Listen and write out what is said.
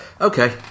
Okay